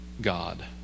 God